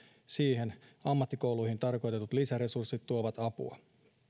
siihen ammattikouluihin tarkoitetut lisäresurssit tuovat apua